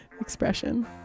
expression